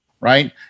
Right